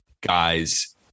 guys